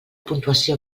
puntuació